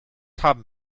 haben